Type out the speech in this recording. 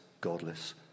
godless